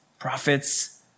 Prophets